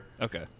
Okay